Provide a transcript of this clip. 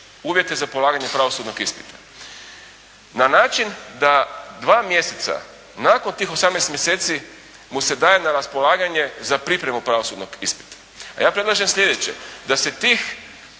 uvjete za polaganje pravosudnog ispita na način da dva mjeseca nakon tih 18 mjeseci mu se daje na raspolaganje za pripremu pravosudnog ispita. A ja predlažem sljedeće: da se tih